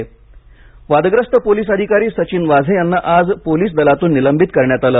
वाझे वादग्रस्त पोलिस अधिकारी सचिन वाझे यांना आज पोलिस दलातून निलंबित करण्यात आलं